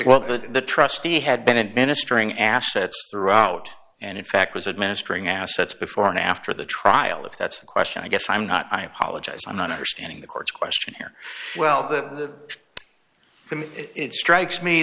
the the trustee had been administering assets throughout and in fact was administering assets before and after the trial if that's the question i guess i'm not i apologize i'm not understanding the court's question here well the it strikes me